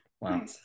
Wow